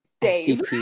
Dave